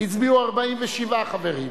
הצביעו 47 חברים,